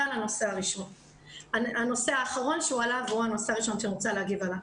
זה על הנושא האחרון שהועלה והוא הנושא הראשון שאני רוצה להגיב עליו.